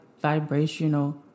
vibrational